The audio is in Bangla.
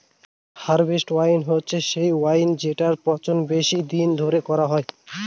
হারভেস্ট ওয়াইন হচ্ছে সে ওয়াইন যেটার পচন বেশি দিন ধরে করা হয়